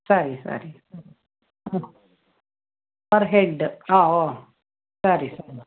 ಸರಿ ಸರಿ ಹ್ಞೂ ಪರ್ ಹೆಡ್ ಹಾಂ ಓ ಸರಿ ಸರಿ